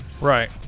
Right